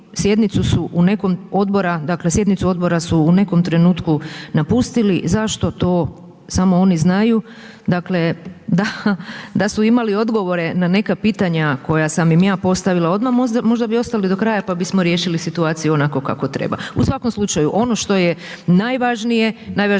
sjednicu odbora su u nekom trenutku napustili, zašto, to samo oni znaju, dakle da su imali odgovore na neka pitanja koja sam im ja postavila odmah, možda bi ostali do kraja pa bismo riješili situaciju onako kako treba. U svakom slučaju, ono što je najvažnije, najvažnije